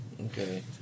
Okay